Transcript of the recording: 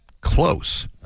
Close